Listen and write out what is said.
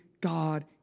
God